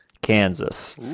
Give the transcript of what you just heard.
Kansas